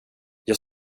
jag